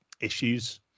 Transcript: issues